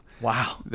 Wow